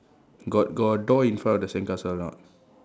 got got door in front of the sandcastle or not